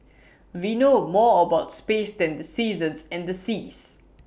we know more about spaces than the seasons and the seas